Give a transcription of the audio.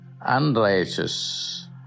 unrighteous